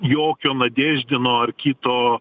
jokio nadėždino ar kito